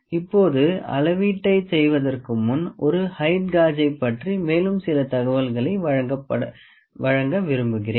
இப்போது அளவீட்டைச் செய்வதற்கு முன் ஒரு ஹெயிட் காஜைப் பற்றி மேலும் சில தகவல்களை வழங்க விரும்புகிறேன்